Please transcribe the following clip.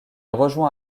rejoint